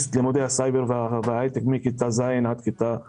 לימודי סייבר וההיי-טק מכיתה ז' עד כיתה י"ב.